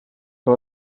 que